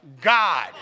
God